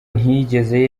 ntiyigeze